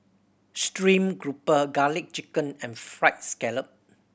stream grouper Garlic Chicken and Fried Scallop